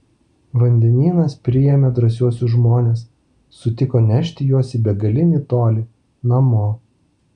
vandenynas priėmė drąsiuosius žmones sutiko nešti juos į begalinį tolį namo